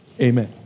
Amen